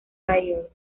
tigers